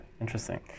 interesting